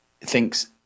thinks